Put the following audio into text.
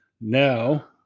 now